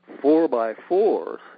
four-by-fours